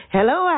Hello